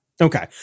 Okay